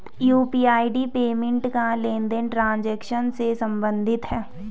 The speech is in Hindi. यू.पी.आई पेमेंट का लेनदेन ट्रांजेक्शन से सम्बंधित है